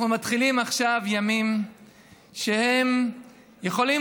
אנחנו מתחילים עכשיו ימים שהם יכולים